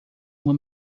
uma